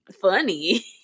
funny